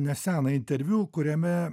neseną interviu kuriame